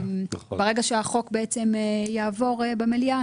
ברגע שהחוק יעבור במליאה,